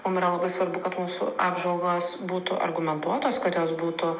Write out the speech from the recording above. mum yra labai svarbu kad mūsų apžvalgos būtų argumentuotos kad jos būtų